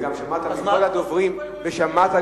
וגם שמעת מכל הדוברים פה,